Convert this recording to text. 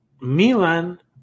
Milan